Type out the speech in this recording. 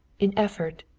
in effort,